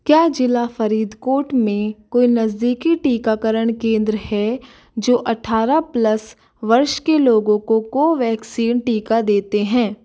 क्या ज़िला फ़रीदकोट में कोई नज़दीकी टीकाकरण केंद्र हैं जो अट्ठारह प्लस वर्ष के लोगों को कोवैक्सीन टीका देते हैं